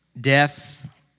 death